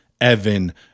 Evan